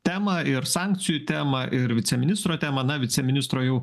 temą ir sankcijų temą ir viceministro temą na viceministro jau